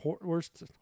worst